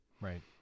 Right